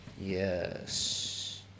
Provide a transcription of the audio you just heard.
yes